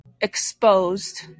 exposed